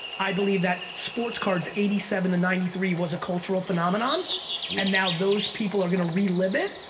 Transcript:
i believe that sports cards eighty seven to ninety three was a cultural phenomenon and now those people are gonna relive it.